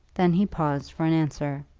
then he paused for an answer.